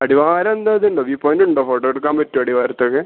അടിവാരെന്താ ഇതുണ്ടോ വ്യൂ പോയിൻറ്റുണ്ടോ ഫോട്ടോ എടുക്കാമ്പറ്റോ അടിവാരത്തക്കെ